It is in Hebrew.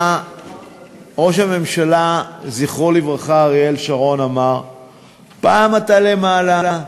מה ראש הממשלה אריאל שרון ז"ל אמר: פעם אתה למעלה,